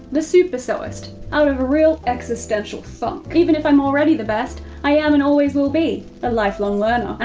the super sewist, out of a real existential funk. even if i'm already the best, i am and always will be a lifelong learner.